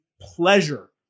pleasure